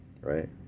right